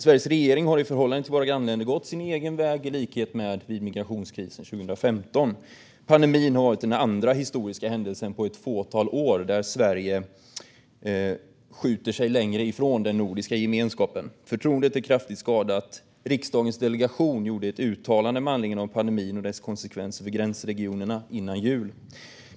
Sveriges regering har i förhållande till grannländerna gått sin egen väg, i likhet med vid migrationskrisen 2015. Pandemin har varit den andra historiska händelsen på ett fåtal år där Sverige skjuter sig längre ifrån den nordiska gemenskapen. Förtroendet är kraftigt skadat. Riksdagens delegation gjorde ett uttalande med anledning av pandemin och dess konsekvenser för gränsregionerna innan jul.